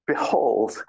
Behold